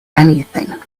anything